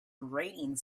grating